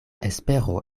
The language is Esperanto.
espero